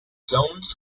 zones